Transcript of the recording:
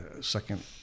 second